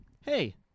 hey